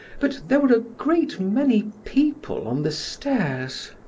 but there were a great many people on the stairs.